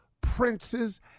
princes